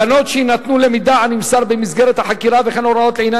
הגנות שיינתנו למידע הנמסר במסגרת החקירה וכן הוראות לעניין